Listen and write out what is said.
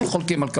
אין חולקים על כך.